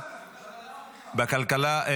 בכלכלה?